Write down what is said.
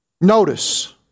notice